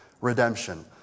redemption